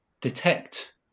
detect